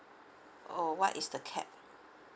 oh what is the capped